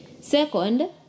Second